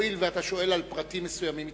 הואיל ואתה שואל על פרטים מסוימים,